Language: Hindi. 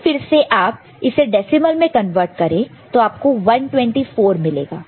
अगर फिर से आप इसे डेसिमल में कन्वर्ट करें तो आपको 124 मिलेगा